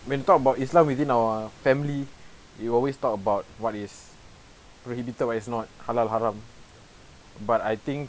when talk about islam within our family you always talk about what is prohibited what is not halal haram but I think